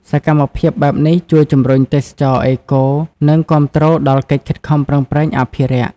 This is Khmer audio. សកម្មភាពបែបនេះជួយជំរុញទេសចរណ៍អេកូ និងគាំទ្រដល់កិច្ចខិតខំប្រឹងប្រែងអភិរក្ស។